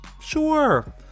sure